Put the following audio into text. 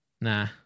Nah